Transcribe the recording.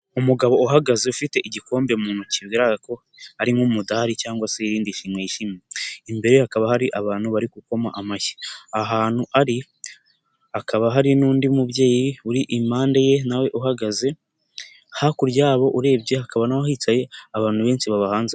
Umugabo uhagaze ufite igikombe mu ntoki bigaragara ko ari nk'umudahari cyangwa se irindi shimwe yishimiye. Imbere hakaba hari abantu bari gukoma amashyi. Ahantu ari hakaba hari n'undi mubyeyi uri impande ye na we uhagaze. Hakurya yabo urebye hakaba n'aho hicaye abantu benshi babahanze...